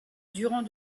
durand